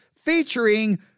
featuring